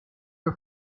the